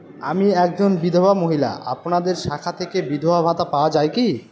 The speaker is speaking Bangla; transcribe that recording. আমি একজন বিধবা মহিলা আপনাদের শাখা থেকে বিধবা ভাতা পাওয়া যায় কি?